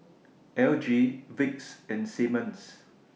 L G Vicks and Simmons